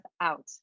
out